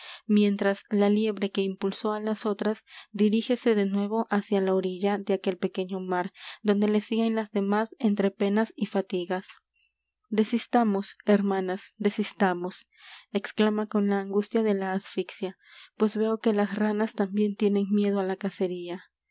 mientras la liebre que impulsó á las otras dirígese de nuevo hacia la orilla de aquel pequeño mar donde le siguen las demás entre penas y fatigas desistamos hermanas desistamos exclama con la angustia de la asfixia pues veo que las ranas también tienen miedo á la cacería